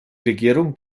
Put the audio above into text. regierung